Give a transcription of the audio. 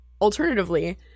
alternatively